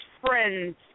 friends